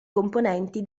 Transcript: componenti